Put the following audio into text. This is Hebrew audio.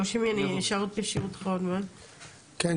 בבקשה נתנאל.